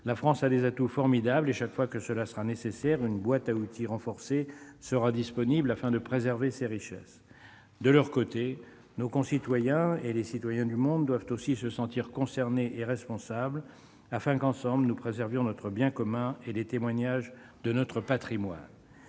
La France a des atouts formidables. Chaque fois que cela sera nécessaire, une boîte à outils renforcée sera disponible afin de préserver ces richesses. De leur côté, nos concitoyens, et les citoyens du monde, doivent aussi se sentir concernés et responsables afin qu'ensemble nous préservions notre bien commun et les témoignages de notre patrimoine.